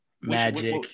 Magic